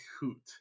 hoot